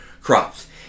crops